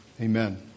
Amen